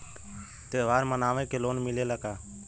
त्योहार मनावे के लोन मिलेला का?